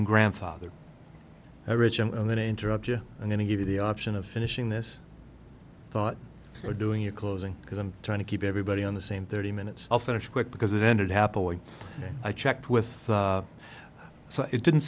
been grandfathered originally and then interrupt you and then he gave you the option of finishing this thought or doing a closing because i'm trying to keep everybody on the same thirty minutes i'll finish quick because it ended happily i checked with so it didn't